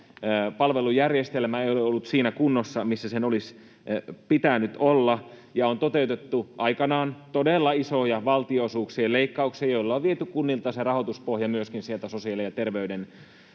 Palvelujärjestelmä ei ole ollut siinä kunnossa, missä sen olisi pitänyt olla, ja on toteutettu aikanaan todella isoja valtionosuuksien leikkauksia, joilla on viety kunnilta rahoituspohja myöskin sieltä sosiaali- ja